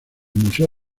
museo